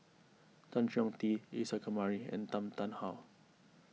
Tan Chong Tee Isa Kamari and Tan Tarn How